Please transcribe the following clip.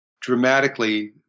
dramatically